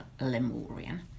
lemurian